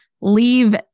leave